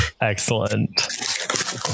Excellent